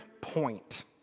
point